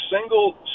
single